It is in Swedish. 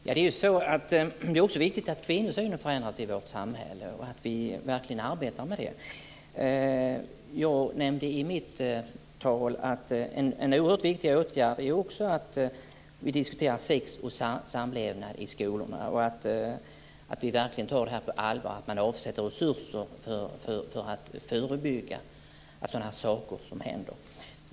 Fru talman! Det är också viktigt att kvinnosynen förändras i vårt samhälle och att vi verkligen arbetar med det. Jag nämnde i mitt anförande att en oerhört viktig åtgärd är att vi diskuterar sex och samlevnad i skolorna och att vi verkligen tar detta på allvar och avsätter resurser för att förebygga att sådana här saker händer.